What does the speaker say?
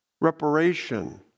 reparation